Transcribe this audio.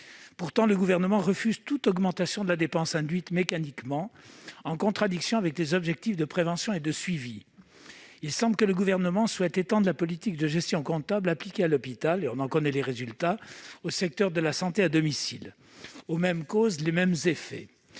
Pourtant, le Gouvernement refuse toute augmentation de la dépense induite mécaniquement, en contradiction avec les objectifs de prévention et de suivi. Ainsi, il semble vouloir étendre la politique de gestion comptable appliquée à l'hôpital- on en connaît les résultats ... -au secteur de la santé à domicile. Aux mêmes causes, les mêmes effets